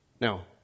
Now